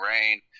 Rain